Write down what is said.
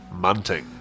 Munting